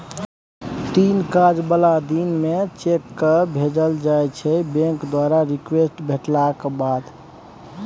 तीन काज बला दिन मे चेककेँ भेजल जाइ छै बैंक द्वारा रिक्वेस्ट भेटलाक बाद